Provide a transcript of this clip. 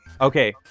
Okay